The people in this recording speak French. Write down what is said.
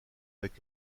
avec